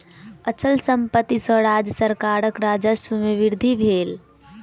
अचल संपत्ति सॅ राज्य सरकारक राजस्व में वृद्धि भेल